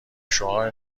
شعاع